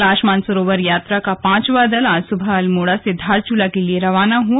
कैलाश मानसरोवर यात्रा का पांचवा दल आज सुबह अल्मोड़ा से धारचूला के लिए रवाना हुआ